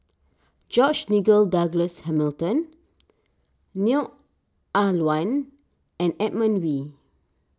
George Nigel Douglas Hamilton Neo Ah Luan and Edmund Wee